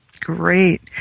Great